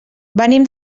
venim